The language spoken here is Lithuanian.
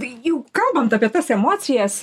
tai jau kalbant apie tas emocijas